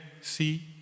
see